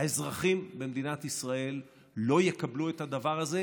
האזרחים במדינת ישראל לא יקבלו את הדבר הזה,